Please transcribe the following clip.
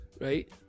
Right